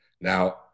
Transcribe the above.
Now